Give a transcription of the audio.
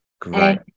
Great